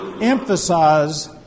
emphasize